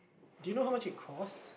do you how much it cost